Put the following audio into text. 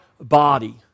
body